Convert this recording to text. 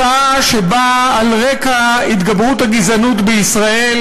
הצעה שבאה על רקע התגברות הגזענות בישראל